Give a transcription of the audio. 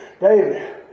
David